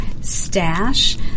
stash